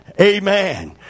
Amen